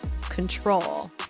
control